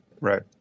Right